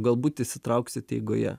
galbūt įsitrauksit eigoje